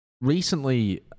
recently